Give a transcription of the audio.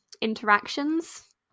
interactions